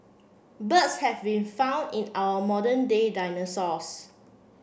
birds have been found in our modern day dinosaurs